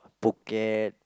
pocket